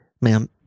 Ma'am